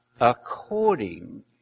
according